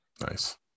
Nice